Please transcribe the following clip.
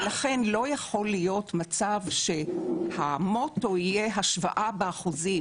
ולכן לא יכול להיות מצב שהמוטו יהיה השוואה באחוזים: